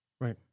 Right